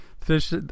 fish